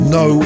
no